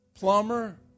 Plumber